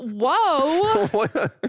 Whoa